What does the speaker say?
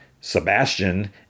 Sebastian